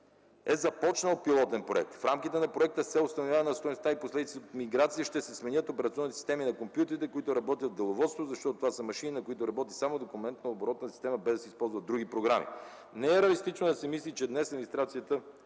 е започнал пилотен проект. В рамките на проекта се установява, че вследствие на миграцията ще се сменят операционните системи на компютрите, които работят в деловодството, защото това са машини, на които работи само документооборотната система, без да се използват други програми. Не е реалистично да се мисли, че днес администрацията